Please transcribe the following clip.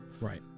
Right